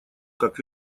как